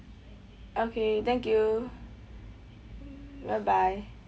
okay thank you bye bye